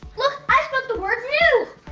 look i spelled the word new!